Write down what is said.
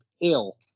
ill